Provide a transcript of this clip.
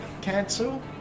Cancel